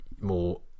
more